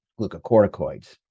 glucocorticoids